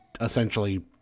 essentially